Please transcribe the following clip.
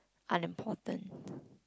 unimportant